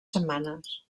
setmanes